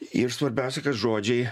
ir svarbiausia kad žodžiai